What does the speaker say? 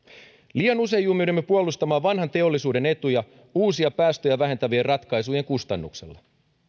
liian usein jumiudumme puolustamaan vanhan teollisuuden etuja uusien päästöjä vähentävien ratkaisujen kustannuksella